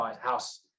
house